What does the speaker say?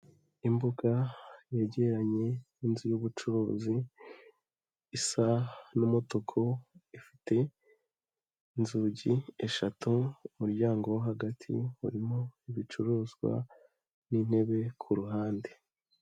Imbuga yegeranye n'inzu y'ubucuruzi isa n'umutuku, ifite inzugi eshatu, umuryango wo hagati urimo ibicuruzwa n'intebe ku ruhande.